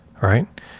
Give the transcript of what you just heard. right